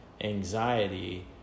anxiety